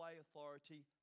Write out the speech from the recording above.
authority